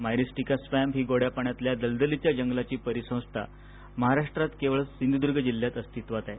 Myristica swamp ही गोड्या पाण्यातल्या दलदलीच्या जंगलाची परिसंस्था महाराष्ट्र केवळ सिंधुदुर्ग जिल्ह्यात अस्तिवात आहे